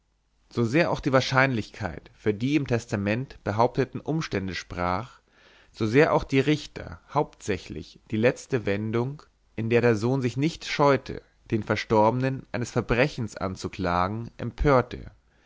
so sehr auch die wahrscheinlichkeit für die im testament behaupteten umstände sprach so sehr auch die richter hauptsächlich die letzte wendung in der der sohn sich nicht scheute den verstorbenen eines verbrechens anzuklagen empörte